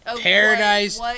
Paradise